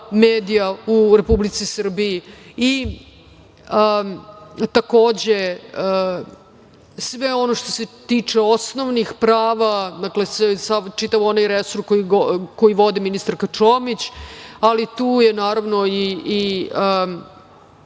medija u Republici Srbiji. Takođe, i sve ono što se tiče osnovnih prava, dakle, čitav onaj resor koji vodi ministarka Čomić, ali tu je naravno i